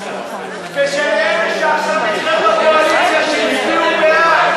בקואליציה שהם הצביעו בעד.